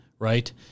Right